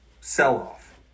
sell-off